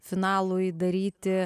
finalui daryti